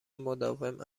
مداوم